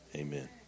amen